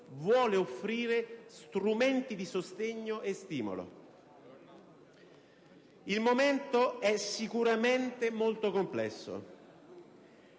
vuole offrire strumenti di sostegno e stimolo. Il momento è sicuramente molto complesso: